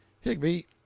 Higby